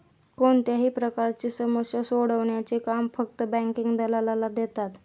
कोणत्याही प्रकारची समस्या सोडवण्याचे काम फक्त बँकिंग दलालाला देतात